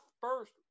first